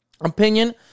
opinion